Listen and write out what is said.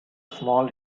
small